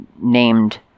named